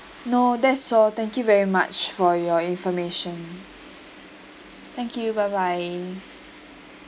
no that's all thank you very much for your information thank you bye bye